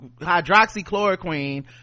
hydroxychloroquine